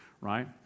right